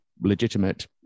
legitimate